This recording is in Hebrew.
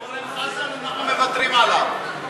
אורן חזן, אנחנו מוותרים עליו.